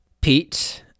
Pete